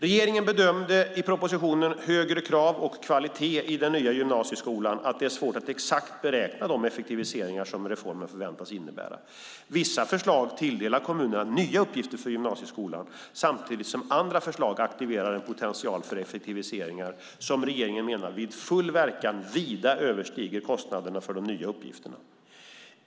Regeringen bedömde i propositionen Högre krav och kvalitet i den nya gymnasieskolan att det är svårt att exakt beräkna de effektiviseringar som reformen förväntas innebära. Vissa förslag tilldelar kommunerna nya uppgifter för gymnasieskolan samtidigt som andra förslag aktiverar en potential för effektiviseringar som regeringen menar vid full verkan vida överstiger kostnaderna för de nya uppgifterna.